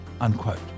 unquote